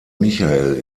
michael